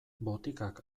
botikak